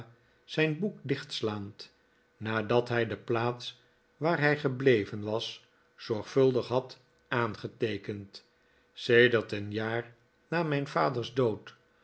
zijn boek dichtslaand nadat hij de plaats waar hij gebleven was zorgvuldig had aangeteekend sedert een jaar namijn vaders dood